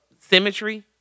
symmetry